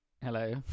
hello